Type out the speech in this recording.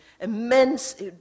immense